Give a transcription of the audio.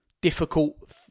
difficult